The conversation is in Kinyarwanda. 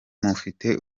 mufite